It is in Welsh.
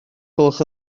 gwelwch